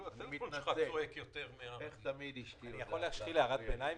אני מבקש לומר הערת ביניים.